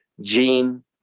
gene